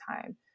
time